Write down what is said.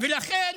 לכן